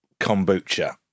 kombucha